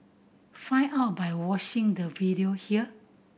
find out by watching the video here